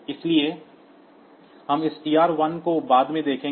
इसलिए हम इस TR1 को बाद में देखेंगे